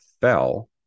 fell